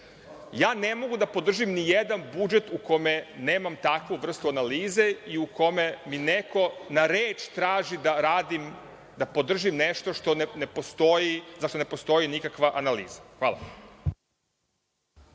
ne mogu da podržim nijedan budžet u kome nemam takvu vrstu analize i u kome mi neko na reč traži da radim i da podržim nešto za šta ne postoji nikakva analiza. Hvala.